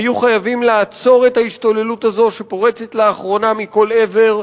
היו חייבים לעצור את ההשתוללות הזו שפורצת לאחרונה מכל עבר,